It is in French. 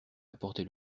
apportait